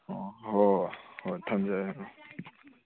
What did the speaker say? ꯑꯣ ꯍꯣꯏ ꯍꯣꯏ ꯍꯣꯏ ꯊꯝꯖꯔꯒꯦ ꯎꯝ